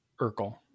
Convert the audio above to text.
Urkel